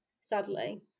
sadly